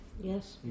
Yes